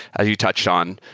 as you touched on,